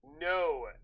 no